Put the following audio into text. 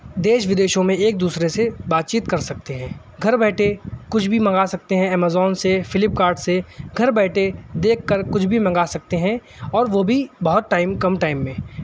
دیش ودیشوں میں ایک دوسرے سے بات چیت کر سکتے ہیں گھر بیٹھے کچھ بھی منگا سکتے ہیں ایمازون سے فلپکارٹ سے گھر بیٹھے دیکھ کر کچھ بھی منگا سکتے ہیں اور وہ بھی بہت ٹائم کم ٹائم میں